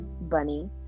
Bunny